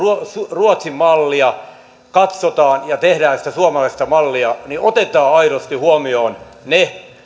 ruotsin mallia katsotaan ja tehdään sitä suomalaista mallia niin otetaan aidosti huomioon ne